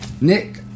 Nick